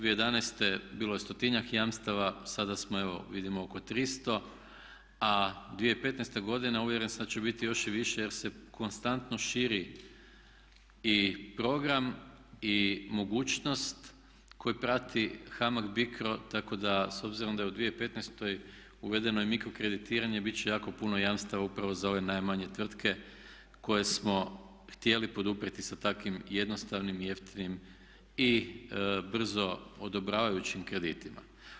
2011.bilo je stotinjak jamstava sada smo evo vidimo oko 300, a 2015.godina uvjeren sam da će biti još i više jer se konstantno širi i program i mogućnost koji prati HAMAG BICRO tako da s obzirom da je u 2015.uvedeno je mikrokreditiranja, bit će jako puno jamstava upravo za ove najmanje tvrtke koje smo htjeli poduprijeti sa takvim jednostavnim i jeftinim i brzo odobravajućim kreditima.